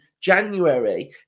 January